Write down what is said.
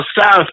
south